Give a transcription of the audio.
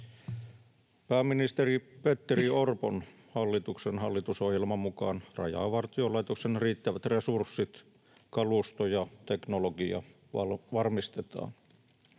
Pääministeri Petteri Orpon hallituksen hallitusohjelman mukaan Rajavartiolaitoksen riittävät resurssit, kalusto ja teknologia varmistetaan.